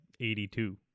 82